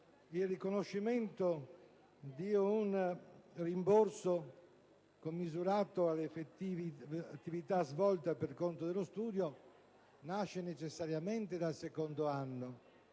il riconoscimento di un rimborso commisurato all'attività svolta per conto dello studio, che nasce necessariamente dal secondo anno